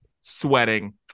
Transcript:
sweating